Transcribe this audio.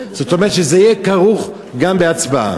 זאת אומרת שזה יהיה כרוך גם בהצבעה.